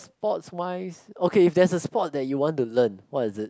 sports wise okay if there's a sport that you want to learn what is it